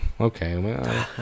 okay